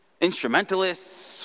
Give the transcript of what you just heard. instrumentalists